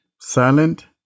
Silent